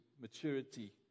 maturity